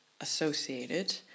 associated